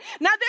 Now